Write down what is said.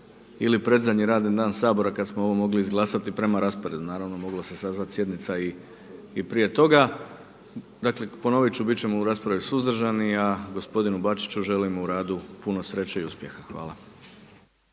ili predzadnji radni dan Sabora kad smo ovo mogli izglasati prema rasporedu, naravno moglo se sazvati sjednica i prije toga. Dakle ponovit ću, bit ćemo u raspravi sadržani a gospodinu Bačiću želimo u radu puno sreće i uspjeha. Hvala.